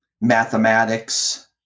mathematics